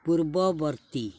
ପୂର୍ବବର୍ତ୍ତୀ